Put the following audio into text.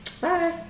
Bye